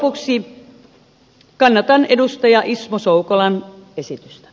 lopuksi kannatan edustaja ismo soukolan esitystä